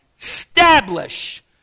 establish